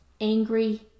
Angry